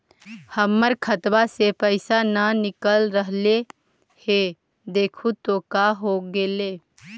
हमर खतवा से पैसा न निकल रहले हे देखु तो का होगेले?